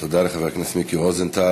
תודה לחבר הכנסת מיקי רוזנטל.